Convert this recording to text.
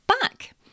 back